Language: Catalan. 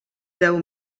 deu